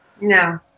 No